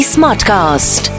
Smartcast